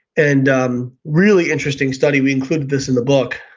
and um really interesting study, we included this in the book.